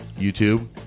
youtube